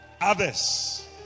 Others